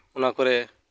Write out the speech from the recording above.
ᱚᱱᱟ ᱠᱚᱨᱮ